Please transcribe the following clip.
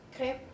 Okay